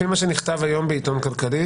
לפי מה שנכתב היום בעיתון כלכליסט,